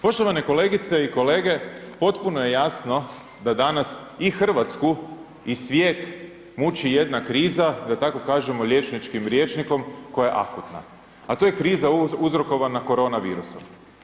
Poštovane kolegice i kolege, potpuno je jasno da danas i Hrvatsku i svijet muči jedna kriza, da tako kažemo liječničkim rječnikom koja je akutna, a to je kriza uzrokovana corona virusom.